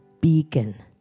beacon